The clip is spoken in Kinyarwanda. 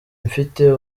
mfite